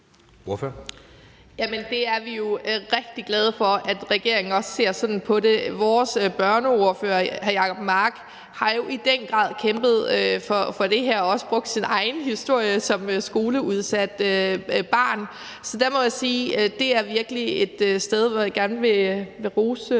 det er vi jo rigtig glade for, altså at regeringen også ser sådan på det. Vores børneordfører, hr. Jacob Mark, har jo i den grad kæmpet for det her og også brugt sin egen historie som barn med udsat skolestart. Så der må jeg sige, at det virkelig er et sted, hvor jeg gerne vil rose